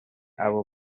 abo